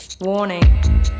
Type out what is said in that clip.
Warning